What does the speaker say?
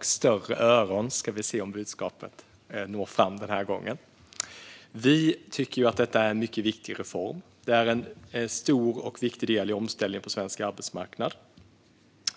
större öron så kanske budskapet når fram denna gång. Vi tycker att detta är en mycket viktig reform. Det är en stor och viktig del i omställningen på svensk arbetsmarknad.